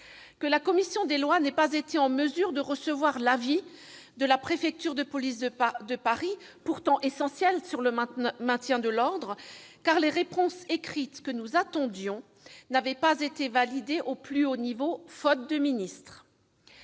que la commission des lois n'ait pas été en mesure de recevoir l'avis de la préfecture de police de Paris- pourtant essentiel en ce qui concerne le maintien de l'ordre -, car les réponses écrites que nous attendions n'avaient pu être validées au plus haut niveau, faute de ministre